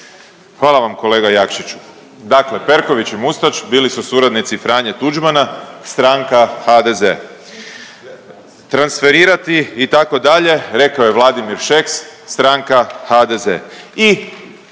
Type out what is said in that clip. Hvala vam kolega Jakšiću. Dakle, Perković i Mustač bili su suradnici Franje Tuđmana stranka HDZ, transferirati itd. rekao je Vladimir Šeks stranka HDZ